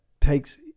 takes